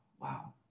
wow